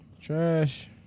Trash